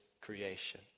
creation